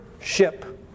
ship